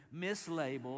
mislabeled